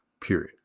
period